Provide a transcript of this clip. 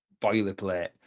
boilerplate